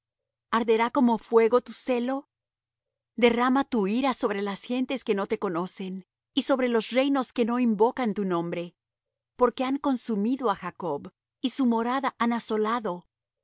arderá como fuego tu celo derrama tu ira sobre las gentes que no te conocen y sobre los reinos que no invocan tu nombre porque han consumido á jacob y su morada han asolado no